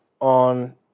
on